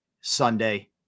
Sunday